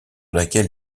laquelle